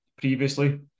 previously